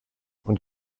und